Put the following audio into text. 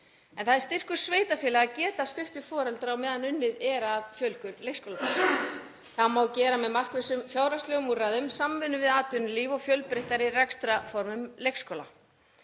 en það er styrkur sveitarfélaga að geta stutt við foreldra á meðan unnið er að fjölgun leikskólaplássa. Það má gera með markvissum fjárhagslegum úrræðum, samvinnu við atvinnulíf og fjölbreyttari rekstrarformum leikskóla.